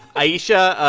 ayesha,